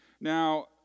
Now